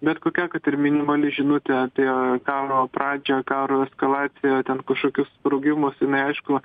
bet kokia kad ir minimali žinutė apie karo pradžią karo eskalaciją ten kažkokius sprogimus jinai aišku